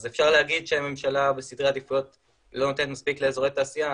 אז אפשר להגיד שהממשלה בסדרי עדיפויות לא נותנת מספיק לאזורי תעשייה,